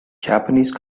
japanese